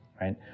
right